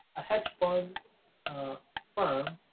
a hedge fund firm